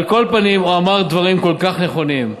על כל פנים, הוא אמר דברים כל כך נכונים.